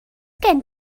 gen